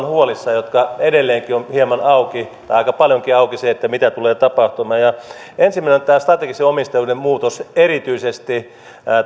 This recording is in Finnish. huolissamme joissa edelleenkin on hieman auki tai aika paljonkin auki se mitä tulee tapahtumaan ensimmäinen on tämä strategisen omistajuuden muutos erityisesti